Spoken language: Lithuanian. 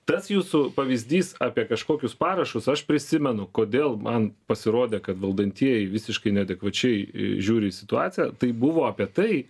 tas jūsų pavyzdys apie kažkokius parašus aš prisimenu kodėl man pasirodė kad valdantieji visiškai neadekvačiai žiūri į situaciją tai buvo apie tai